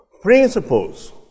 Principles